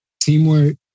teamwork